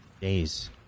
days